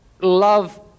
love